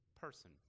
person